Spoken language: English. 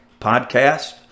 podcast